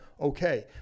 Okay